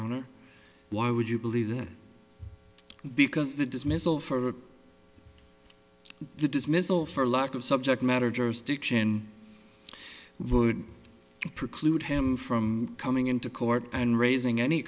honor why would you believe that because the dismissal for the dismissal for lack of subject matter jurisdiction would preclude him from coming into court and raising any